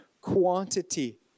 quantity